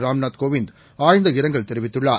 ராம்நாத்கோவிந்த்ஆழ்ந்தஇரங்கல்தெ ரிவித்துள்ளார்